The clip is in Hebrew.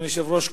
אדוני היושב-ראש,